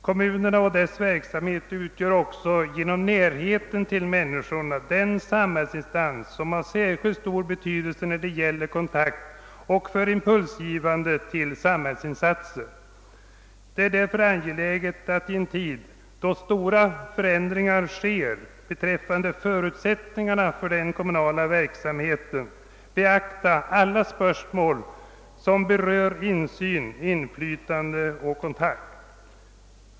Kommunerna utgör också genom närheten till människorna den samhällsinstans som har särskilt stor betydelse när det gäller kontakt och impulsgivande till samhällsinsatser. Det är därför angeläget att i en tid, då stora förändringar äger rum beträffande förutsättningarna för den kommunala verksamheten, beakta alla spörsmål som berör insyn, inflytande och kontakt.